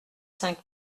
cinq